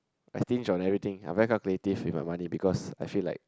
I stingy on everything I very calculative if got money because I feel like